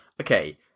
okay